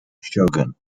shogun